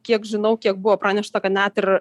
kiek žinau kiek buvo pranešta kad net ir